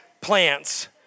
plants